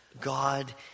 God